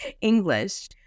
English